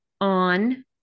on